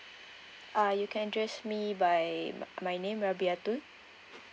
uh you can address me by my name rabiahtul